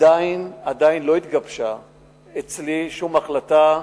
עדיין לא התגבשה אצלי שום החלטה.